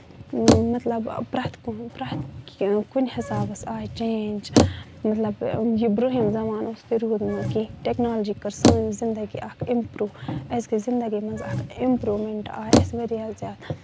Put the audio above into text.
مطلب پرٮ۪تھ کُنہِ پرٮ۪تھ کُنہِ حِسابَس آیہِ چینج مطلب یہِ برونٛہِم زَمانہٕ اوس تہِ روٗد نہٕ کیٚنٛہہ ٹیٚکنالجی کٔر سٲنۍ زِندگی اکھ اِمپروٗ اَسہِ گٔے زِندگی منٛز اکھ اِمپروٗمیٚنٹ آیہِ اسہِ واریاہ زیادٕ